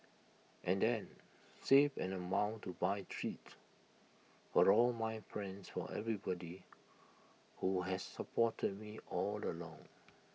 and then save an amount to buy treats for all my friends for everybody who has supported me all along